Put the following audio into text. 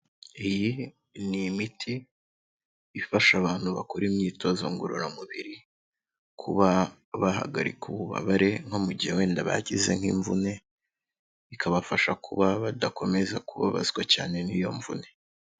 Iyi ni imiti ifasha abantu ba gukora imyitozo ngororamubiri, kuba bahagarika ububabare nko mu gihe wenda bagize nk'imvune bikabafasha kuba badakomeza kubabazwa cyane n'iyo mvune.